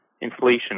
inflation